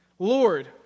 Lord